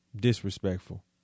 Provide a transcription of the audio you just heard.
disrespectful